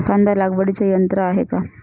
कांदा लागवडीचे यंत्र आहे का?